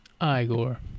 igor